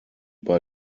bei